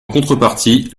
contrepartie